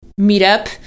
meetup